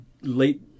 late